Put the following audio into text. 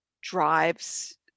drives